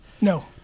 No